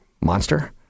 monster